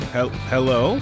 Hello